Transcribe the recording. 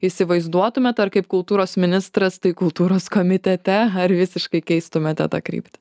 įsivaizduotumėt ar kaip kultūros ministras tai kultūros komitete ar visiškai keistumėte tą kryptį